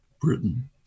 Britain